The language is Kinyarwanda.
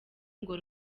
ngo